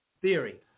theory